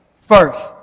First